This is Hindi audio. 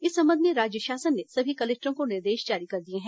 इस संबंध में राज्य शासन ने सभी कलेक्टरों को निर्देश जारी कर दिए हैं